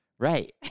Right